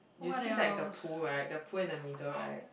you see like the pool right the pool in the middle right